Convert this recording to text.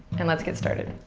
and let's get started.